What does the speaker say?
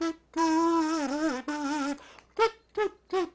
good good